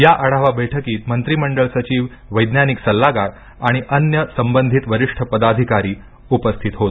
या आढावा बैठकीत मंत्रीमंडळ सचिववैज्ञानिक सल्लागार आणि अन्य सबंधित वरिष्ठ पदाधिकारी उपस्थित होते